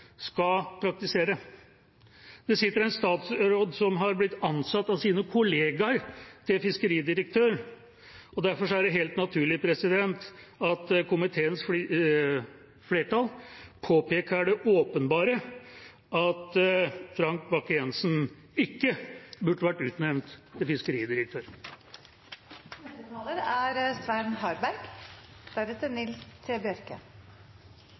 skal praktisere. Det sitter en statsråd som har blitt ansatt av sine kolleger til fiskeridirektør. Derfor er det helt naturlig at komiteens flertall påpeker det åpenbare, at Frank Bakke-Jensen ikke burde vært utnevnt til fiskeridirektør. Som vanlig er